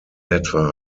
etwa